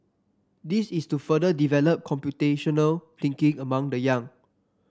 this is to further develop computational thinking among the young